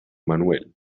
manuel